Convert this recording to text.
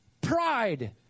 pride